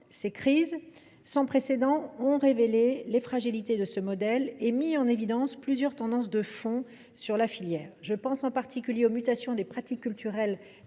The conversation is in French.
ces crises sans précédent ont révélé les fragilités de notre modèle et ont mis en évidence plusieurs tendances de fond de la filière. J’ai ainsi à l’esprit les mutations des pratiques culturelles